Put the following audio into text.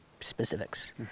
specifics